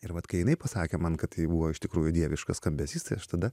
ir vat kai jinai pasakė man kad tai buvo iš tikrųjų dieviškas skambesys tai aš tada